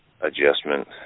adjustment